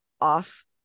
off